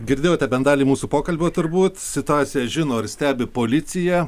girdėjote bent dalį mūsų pokalbio turbūt situaciją žino ir stebi policija